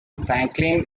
franklin